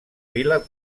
vila